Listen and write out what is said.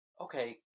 okay